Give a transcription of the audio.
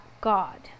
God